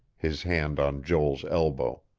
his hand on joel's elbow.